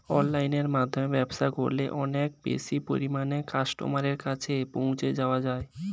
অনলাইনের মাধ্যমে ব্যবসা করলে অনেক বেশি পরিমাণে কাস্টমারের কাছে পৌঁছে যাওয়া যায়?